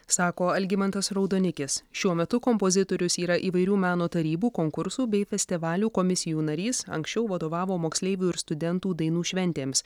sako algimantas raudonikis šiuo metu kompozitorius yra įvairių meno tarybų konkursų bei festivalių komisijų narys anksčiau vadovavo moksleivių ir studentų dainų šventėms